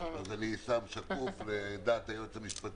אז אני שקוף, ועל דעת היועץ המשפטי